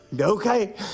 okay